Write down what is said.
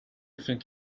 think